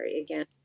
again